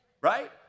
right